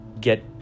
get